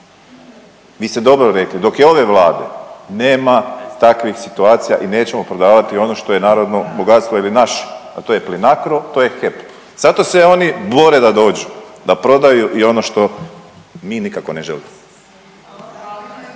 Vi ste dobro rekli, dok je ove Vlade, nema takvih situacija i nećemo prodavati ono što je narodno bogatstvo ili naš, a to je Plinacro, a to je HEP. Zato se oni bore da dođu, da prodaju i ono što mi nikako ne želimo.